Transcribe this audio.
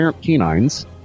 canines